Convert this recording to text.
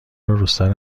روسر